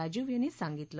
राजीव यांनी सांगितलं